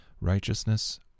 righteousness